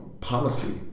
policy